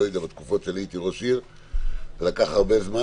בתקופות שהייתי ראש עיר לקח הרבה זמן